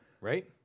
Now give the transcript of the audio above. right